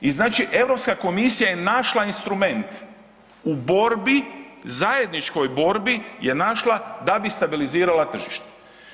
I znači Europska komisija je našla instrument u borbi, zajedničkoj borbi je našla da bi stabilizirala tržište.